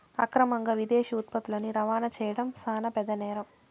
అక్రమంగా విదేశీ ఉత్పత్తులని రవాణా చేయడం శాన పెద్ద నేరం